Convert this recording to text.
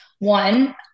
One